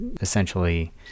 essentially